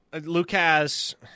Lucas